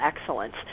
excellence